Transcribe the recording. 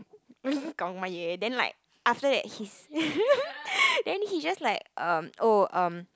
then like after he's then he just like um oh um